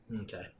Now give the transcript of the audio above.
Okay